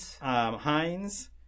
Heinz